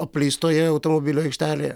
apleistoje automobilių aikštelėje